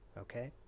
Okay